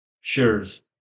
shares